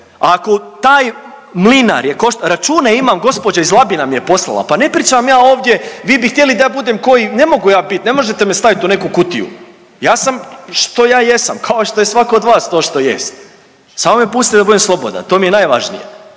ako taj Mlinar račune imam, gospođa iz Labina mi je poslala, pa ne pričam vam ja ovdje vi bi htjeli da ja budem ko i ne mogu ja bit, ne možete me stavit u neku kutiju, ja sam što ja jesam kao što je svako od vas to što jest, samo me pustite da budem slobodan to mi je najvažnije.